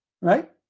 Right